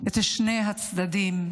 את שני הצדדים,